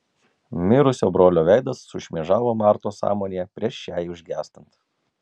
mirusio brolio veidas sušmėžavo martos sąmonėje prieš šiai užgęstant